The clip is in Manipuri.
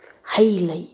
ꯍꯩ ꯂꯩ